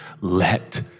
Let